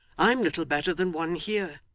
i'm little better than one here,